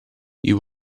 you